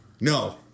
No